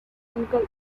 uncle